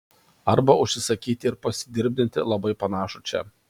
arba užsisakyti ir pasidirbdinti labai panašų čia